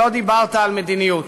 ולא דיברת על מדיניות.